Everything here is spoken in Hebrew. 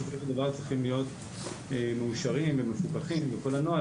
צריכים להיות מאושרים ומפוקחים וכל הנוהל